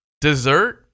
dessert